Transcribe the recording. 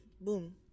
boom